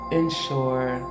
ensure